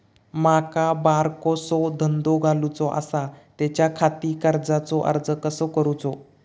माका बारकोसो धंदो घालुचो आसा त्याच्याखाती कर्जाचो अर्ज कसो करूचो?